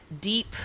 deep